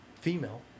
female